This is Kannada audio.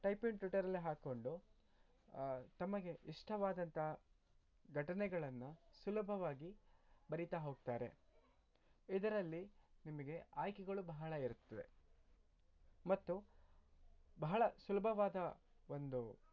ಟೈಪಿಂಗ್ ಟ್ಯುಟರಲ್ಲಿ ಹಾಕ್ಕೊಂಡು ತಮಗೆ ಇಷ್ಟವಾದಂಥ ಘಟನೆಗಳನ್ನು ಸುಲಭವಾಗಿ ಬರಿತಾ ಹೋಗ್ತಾರೆ ಇದರಲ್ಲಿ ನಿಮಗೆ ಆಯ್ಕೆಗಳು ಬಹಳ ಇರುತ್ತವೆ ಮತ್ತು ಬಹಳ ಸುಲಭವಾದ ಒಂದು